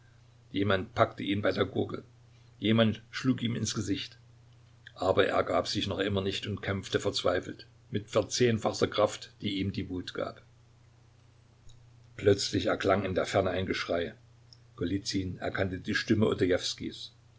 jemand packte ihn bei der gurgel jemand schlug ihn ins gesicht aber er ergab sich noch immer nicht und kämpfte verzweifelt mit verzehnfachter kraft die ihm die wut gab plötzlich erklang in der ferne ein geschrei golizyn erkannte die stimme